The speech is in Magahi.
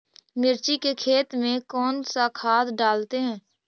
मिर्ची के खेत में कौन सा खाद डालते हैं?